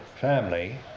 family